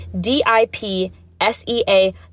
D-I-P-S-E-A